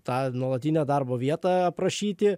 tą nuolatinę darbo vietą aprašyti